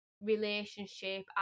Relationship